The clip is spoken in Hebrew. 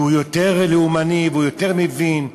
כי הוא יותר לאומני והוא יותר מבין.